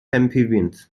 amphibians